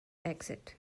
exit